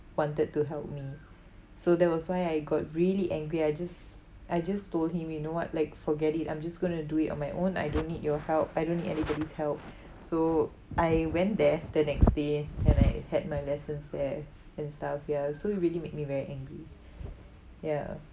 wanted to help me so that was why I got really angry I just I just told him you know what like forget it I'm just going to do it on my own I don't need your help I don't need anybody's help so I went there the next day and I had my lessons there and stuff ya so it really made me very angry ya